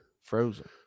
Frozen